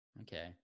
okay